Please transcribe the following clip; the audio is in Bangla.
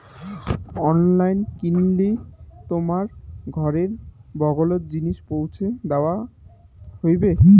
অনলাইন কিনলি তোমার ঘরের বগলোত জিনিস পৌঁছি দ্যাওয়া হইবে